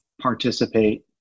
participate